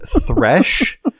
thresh